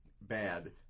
bad